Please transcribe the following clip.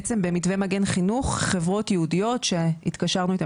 בעצם במתווה מגן חינוך חברות ייעודיות שהתקשרנו איתם,